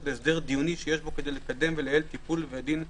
להסדר דיוני שיש בו כדי לקדם ולייעל טיפול ודין בתובענה.